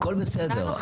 הכול בסדר.